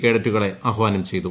കേഡറ്റുകളെ ആഹ്വാനം ചെയ്തു